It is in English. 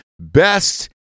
best